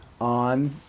on